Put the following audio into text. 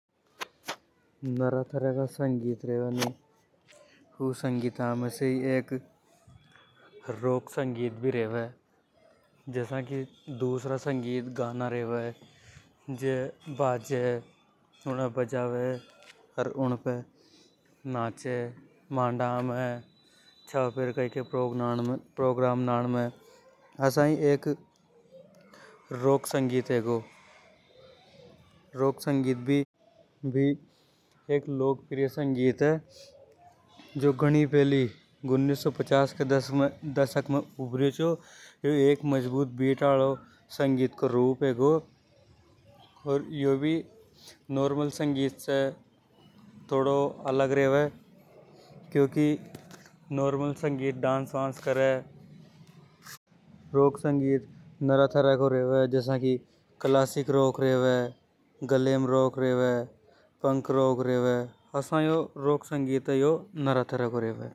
नरा तरह का संगीत रेवे नि ऊ संगीता में से ही एक रॉक संगीत भी रेवे जसा की दूसरा संगीत गाना रेवे जे बाजे उने बजावे अर उन पे नाचे मंडा में या फेर कई कई प्रोग्राम ना में। आसा ही एक रॉक संगीत हेगो रॉक संगीत भी एक लोकप्रिय संगीत हे गो जो घणी फैली उन्नीस सौ पचास के दशक में उभारों चो यो एक मजबूत बिट हा लो रूप हेगो। जो नॉर्मल संगीत से थोड़ो अलग रेवे क्योंकि नॉर्मल संगीत डांस वांस करे रॉक संगीत नरा तरह को रेवे जसा की क्लासिक रॉक रेवे ग्लैम रॉक रेवे फैंक रॉक रेवे आसा को रॉक संगीत रेवे जो नरा तरह को रेवे।